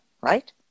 Right